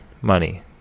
money